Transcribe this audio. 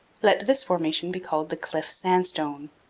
let this formation be called the cliff sandstone.